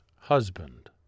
husband